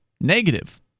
negative